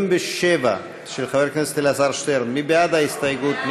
47, של חבר הכנסת אלעזר שטרן, מי בעד ההסתייגות?